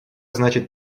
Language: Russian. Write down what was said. значит